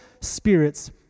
spirits